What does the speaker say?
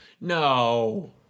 No